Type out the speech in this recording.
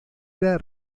era